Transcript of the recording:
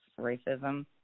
racism